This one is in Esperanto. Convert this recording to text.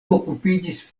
okupiĝis